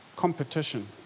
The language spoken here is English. Competition